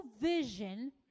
vision